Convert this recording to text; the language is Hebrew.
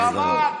את יודעת שזו האמת.